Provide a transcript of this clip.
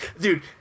Dude